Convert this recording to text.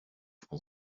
for